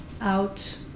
out